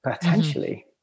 potentially